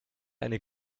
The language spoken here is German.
eine